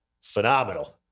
phenomenal